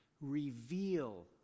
Reveal